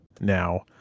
Now